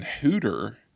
Hooter